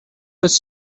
was